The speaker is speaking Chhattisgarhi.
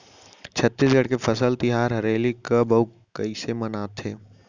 छत्तीसगढ़ के फसल तिहार हरेली कब अउ कइसे मनाथे?